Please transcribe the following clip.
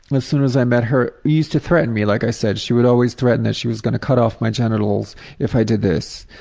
and as soon as i met her, used to threaten me like i said, she would always threaten that she was gonna cut off my genitals if i did this,